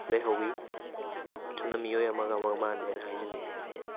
ꯂꯩꯍꯧꯋꯤ ꯑꯁꯨꯝꯅ ꯃꯤꯑꯣꯏ ꯑꯃꯒ ꯑꯃꯒ ꯃꯥꯟꯅꯗꯦꯅ ꯍꯥꯏꯖꯅꯤꯡꯏ